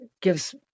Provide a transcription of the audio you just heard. gives